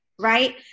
Right